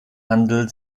handel